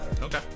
Okay